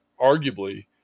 arguably